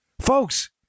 Folks